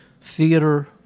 theater